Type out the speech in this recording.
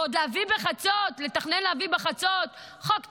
ועוד לתכנן להביא בחצות חוק תקשורת?